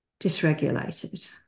dysregulated